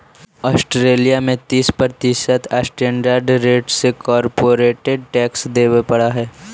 Australia में तीस प्रतिशत स्टैंडर्ड रेट से कॉरपोरेट टैक्स देवे पड़ऽ हई